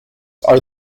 are